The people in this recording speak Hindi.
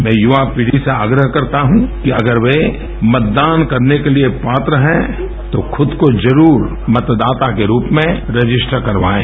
मैं युवा पीढ़ी से आग्रह करता हूँ कि अगर वे मतदान करने के लिए पात्र हैं तो खुद को ज़रूर मतदाता के रूप में रजिस्टर करवाएँ